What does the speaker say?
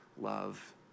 love